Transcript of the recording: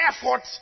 effort